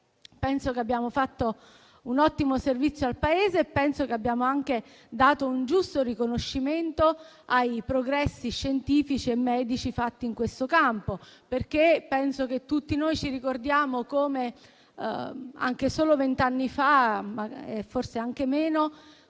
Penso che abbiamo fatto un ottimo servizio al Paese e abbiamo anche dato un giusto riconoscimento ai progressi scientifici e medici fatti in questo campo. Tutti noi ci ricordiamo come anche solo vent'anni fa - ma forse anche meno